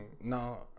No